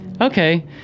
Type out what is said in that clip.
okay